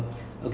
ya